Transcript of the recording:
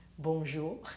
Bonjour